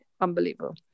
unbelievable